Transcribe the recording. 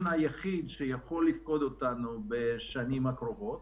היחיד שיכול לפקוד אותנו בשנים הקרובות,